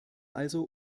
also